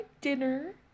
dinner